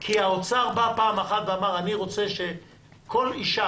כי האוצר בא ואמר: אני רוצה שכול אישה,